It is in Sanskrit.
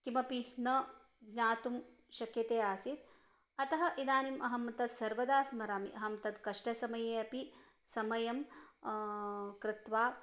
किमपि न ज्ञातुं शक्यते आसीत् अतः इदानीम् अहं तस्सर्वदा स्मरामि अहं तत् कष्टसमये अपि समयं कृत्वा